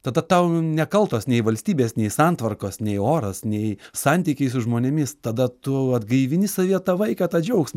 tada tau nekaltos nei valstybės nei santvarkos nei oras nei santykiai su žmonėmis tada tu atgaivini savyje tą vaiką tą džiaugsmą